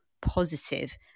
positive